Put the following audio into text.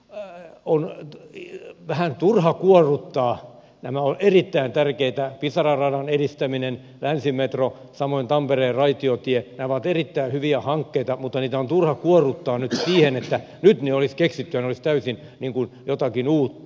tää on hieno vähän turha kuorruttaa nano on erittäin tärkeitä pisara radan edistäminen länsimetro samoin tampereen raitiotie ovat erittäin tärkeitä erittäin hyviä hankkeita mutta niitä on turha kuorruttaa nyt siihen että ne olisi keksitty nyt ja ne olisivat täysin jotakin uutta